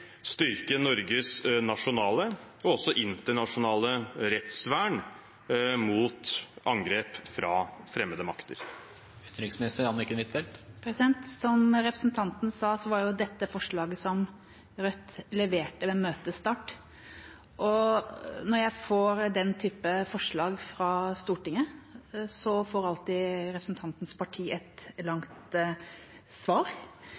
styrke Norges nasjonale og internasjonale rettsvern mot angrep fra fremmede makter? Som representanten sa, var dette det forslaget som Rødt leverte ved møtestart. Når jeg får den typen forslag fra Stortinget, får alltid representantens parti et langt svar